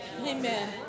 amen